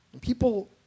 People